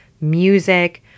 music